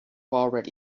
already